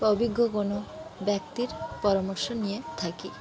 অভিজ্ঞ কোনো ব্যক্তির পরামর্শ নিয়ে থাকি